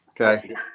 Okay